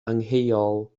angheuol